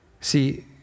See